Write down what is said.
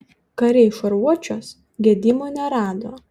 kariai šarvuočiuos gedimų nerado